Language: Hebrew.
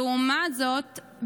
לעומת זאת,